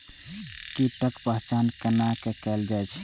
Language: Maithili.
कीटक पहचान कैना कायल जैछ?